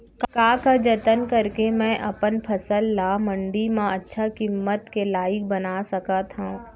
का का जतन करके मैं अपन फसल ला मण्डी मा अच्छा किम्मत के लाइक बना सकत हव?